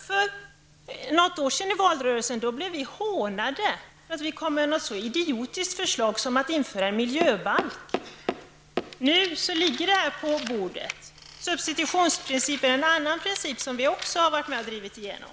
För något år sedan blev vi i miljöpartiet hånade i valrörelsen för att vi kom med ett så idiotiskt förslag som att en miljöbalk skulle införas. Nu ligger förslaget här på bordet. Substitutionsprincipen är en annan princip som vi också varit med och drivit igenom.